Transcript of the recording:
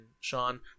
Sean